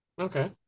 Okay